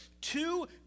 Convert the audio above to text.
Two